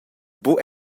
buc